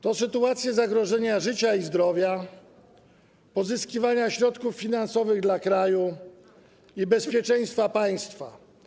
To sytuacje zagrożenia życia i zdrowia, pozyskiwania środków finansowych dla kraju i bezpieczeństwa państwa.